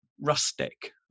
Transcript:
rustic